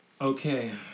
Okay